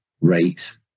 rate